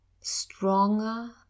stronger